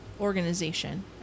Organization